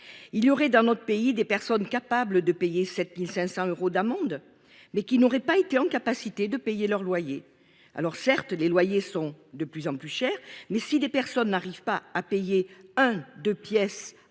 Il y aurait dans notre pays, des personnes capables de payer 7500 euros d'amende mais qui n'aurait pas été en capacité de payer leur loyer. Alors certes, les loyers sont de plus en plus cher, mais si des personnes n'arrivent pas à payer un deux pièces à 1000